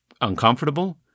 uncomfortable